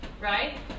right